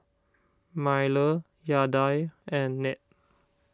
Myrle Yadiel and Ned